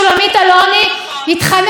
התחנן שהיא תצביע בעד,